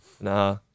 Nah